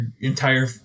entire